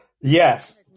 Yes